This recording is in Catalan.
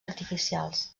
artificials